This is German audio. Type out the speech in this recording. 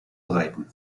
breiten